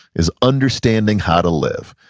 is understanding how to live.